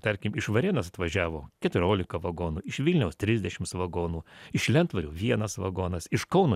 tarkim iš varėnos atvažiavo keturiolika vagonų iš vilniaus trisdešimts vagonų iš lentvario vienas vagonas iš kauno